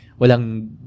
walang